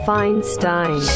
Feinstein